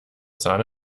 sahne